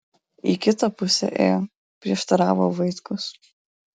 į kitą pusę ėjo prieštaravo vaitkus